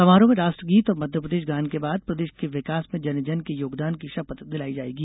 समारोह में राष्ट्रगीत और मध्यप्रदेश गान के बाद प्रदेश के विकास में जन जन के योगदान की शपथ दिलाई जाएगी